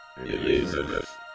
Elizabeth